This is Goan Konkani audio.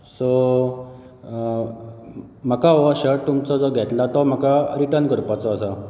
सो म्हाका हो शर्ट तुमचो जो घेतला तो रिटर्न करपाचो आसा